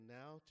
now